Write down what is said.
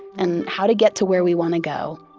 and how to get to where we want to go,